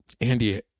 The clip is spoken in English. andy